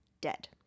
dead